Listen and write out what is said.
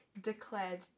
declared